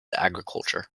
agriculture